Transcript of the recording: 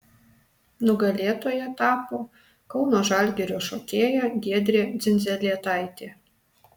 nugalėtoja tapo kauno žalgirio šokėja giedrė dzindzelėtaitė